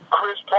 Chris